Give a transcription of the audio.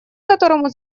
которому